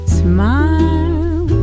smile